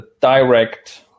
direct